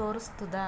ತೋರುಸ್ತುದ್